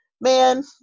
man